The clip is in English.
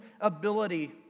ability